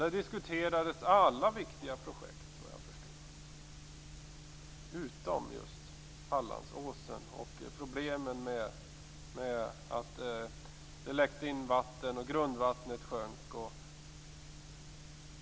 Där diskuterades alla viktiga projekt, vad jag förstår, utom just Hallandsåsen och problemen med att det läckte in vatten och att grundvattnet sjönk.